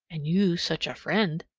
and you such a friend!